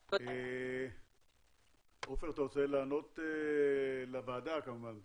עופר, אתה רוצה לענות לוועדה כמובן.